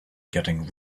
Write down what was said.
getting